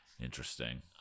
Interesting